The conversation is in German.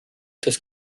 das